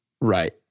Right